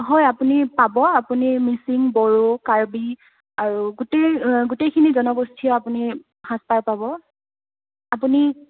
হয় আপুনি পাব আপুনি মিচিং বড়ো কাৰ্বি আৰু গোটেই গোটেইখিনি জনগোষ্ঠীৰ আপুনি সাজপাৰ পাব আপুনি